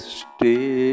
stay